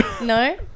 No